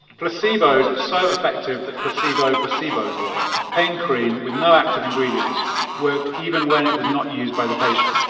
placebos are so effective that placebo placebos work. a pain cream with no active ingredients worked even when it was not used by the patient.